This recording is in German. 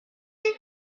könnt